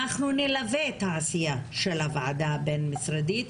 אנחנו נלווה את העשייה של הוועדה הבין-משרדית,